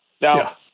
Now